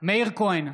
מאיר כהן,